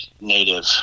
native